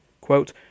quote